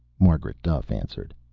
margaret duffe answered.